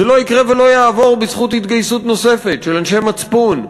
זה לא יקרה ולא יעבור בזכות התגייסות נוספת של אנשי מצפון בישראל,